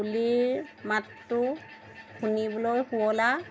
কুলিৰ মাতটো শুনিবলৈ শুৱলা